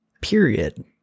period